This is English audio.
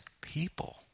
people